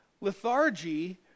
lethargy